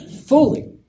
fully